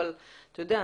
אבל אתה יודע,